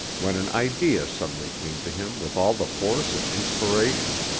when an idea suddenly came to him with all the force of inspiration.